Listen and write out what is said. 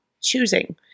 choosing